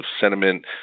sentiment